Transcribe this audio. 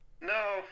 no